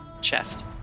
chest